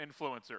influencer